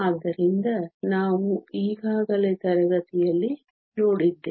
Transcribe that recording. ಆದ್ದರಿಂದ ನಾವು ಈಗಾಗಲೇ ತರಗತಿಯಲ್ಲಿ ನೋಡಿದ್ದೇವೆ